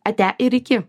ate ir iki